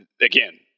again